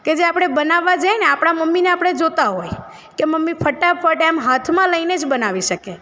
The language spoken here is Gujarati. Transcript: કે જે આપણે બનાવવાં જાઈએ ને આપણાં મમ્મીને આપણે જોતાં હોય કે મમ્મી ફટાફટ એમ હાથમાં લઈ ને જ બનાવી શકે